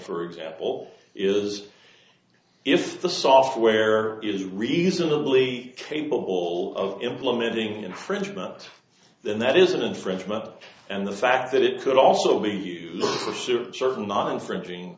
for example is if the software is reasonably capable of implementing infringement then that is an infringement and the fact that it could also be pursued certain not infringing